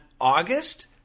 August